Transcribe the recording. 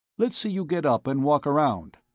let's see you get up and walk around.